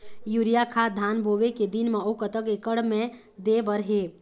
Urea खाद धान बोवे के दिन म अऊ कतक एकड़ मे दे बर हे?